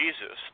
Jesus